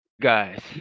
guys